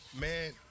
Man